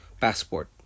passport